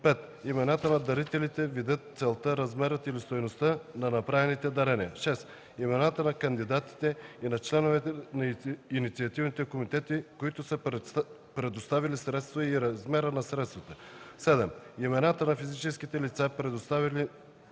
5. имената на дарителите, видът, целта, размерът или стойността на направените дарения; 6. имената на кандидатите и на членовете на инициативните комитети, които са предоставили средства и размера на средствата; 7. имената на физическите лица, предоставили